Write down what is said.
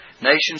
Nations